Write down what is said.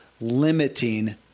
limiting